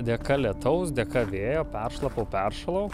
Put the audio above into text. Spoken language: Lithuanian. dėka lietaus dėka vėjo peršlapau peršalau